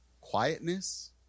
quietness